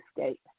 escape